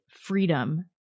freedom